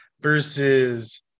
versus